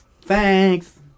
thanks